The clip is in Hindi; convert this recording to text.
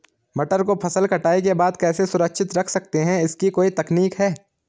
मटर को फसल कटाई के बाद कैसे सुरक्षित रख सकते हैं इसकी कोई तकनीक है?